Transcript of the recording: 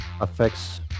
affects